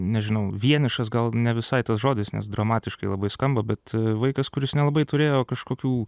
nežinau vienišas gal ne visai tas žodis nes dramatiškai labai skamba bet vaikas kuris nelabai turėjo kažkokių